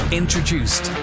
introduced